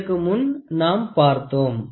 இதற்கு முன் நாம் பார்த்தோம்